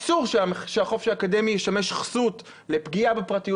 אסור שהחופש האקדמי ישמש כסות לפגיעה בפרטיות